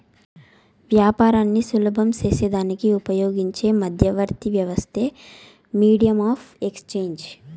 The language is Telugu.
యాపారాన్ని సులభం సేసేదానికి ఉపయోగించే మధ్యవర్తి వ్యవస్థే మీడియం ఆఫ్ ఎక్స్చేంజ్